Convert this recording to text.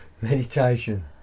meditation